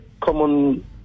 common